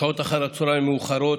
שעות אחר הצוהריים המאוחרות,